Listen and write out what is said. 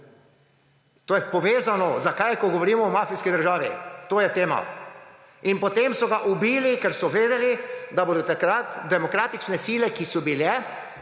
To je povezano, ko govorimo o mafijski državi. To je tema. In potem so ga ubili, ker so vedeli, da bodo takrat demokratične sile, ki so bile